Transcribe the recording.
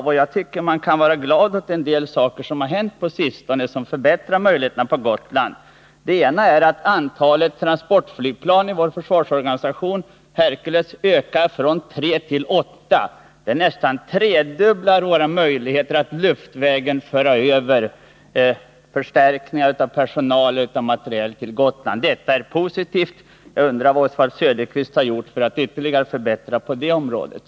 Och jag tycker att man skall vara glad över en del saker som har hänt på sistone som förbättrar situationen på Gotland. För det första ökar antalet Hercules-transportflygplan i vår försvarsorganisation från tre till åtta. Det nästan tredubblar våra möjligheter att luftvägen föra över förstärkningar av materiel till Gotland — och det är positivt. Jag undrar vad Oswald Söderqvist har gjort för att åstadkomma ytterligare förbättringar på det området.